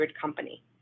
company